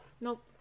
Nope